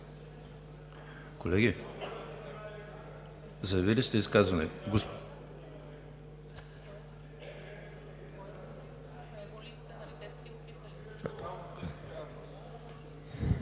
Колеги, заявили сте изказване.